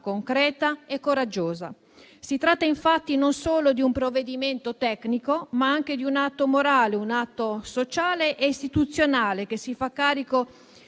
concreta e coraggiosa. Si tratta, infatti, non solo di un provvedimento tecnico, ma anche di un atto morale, sociale e istituzionale che si fa carico